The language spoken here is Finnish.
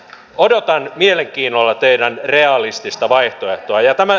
odotan mielenkiinnolla teidän realistista vaihtoehtoanne